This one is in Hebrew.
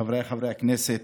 חבריי חברי הכנסת,